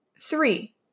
three